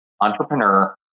entrepreneur